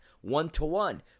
one-to-one